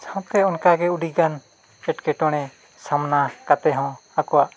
ᱥᱟᱶᱛᱮ ᱚᱱᱠᱟ ᱜᱮ ᱟᱹᱰᱤᱜᱟᱱ ᱮᱴᱠᱮᱴᱚᱬᱮ ᱥᱟᱢᱱᱟ ᱠᱟᱛᱮᱫ ᱦᱚᱸ ᱟᱠᱚᱣᱟᱜ